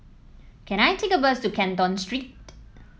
can I take a bus to Canton Street